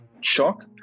shock